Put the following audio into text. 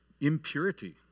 impurity